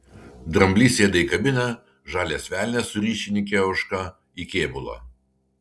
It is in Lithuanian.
dramblys sėda į kabiną žalias velnias su ryšininke ožka į kėbulą